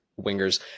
wingers